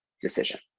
decision